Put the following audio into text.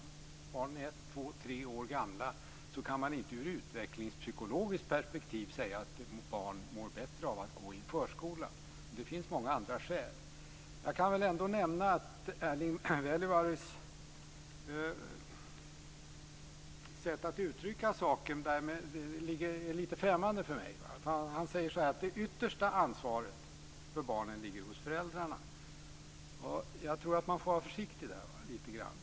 Om barnen är ett, två eller tre år gamla kan man inte ur utvecklingspsykologiskt perspektiv säga att barnen mår bättre av att gå i förskola. Men det finns många andra skäl. Erling Wällivaaras sätt att uttrycka saken är lite främmande för mig. Han sade att det yttersta ansvaret ligger hos föräldrarna. Jag tror att man får vara lite grann försiktig där.